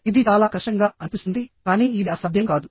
ఇది చాలా కష్టంగా అనిపిస్తుందికానీ ఇది అసాధ్యం కాదు